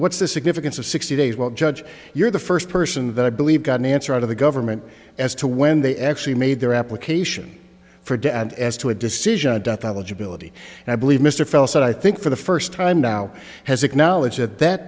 what's the significance of sixty days while judge you're the first person that i believe got an answer out of the government as to when they actually made their application for dad as to a decision and i believe mr felos that i think for the first time now has acknowledged that that